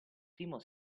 primo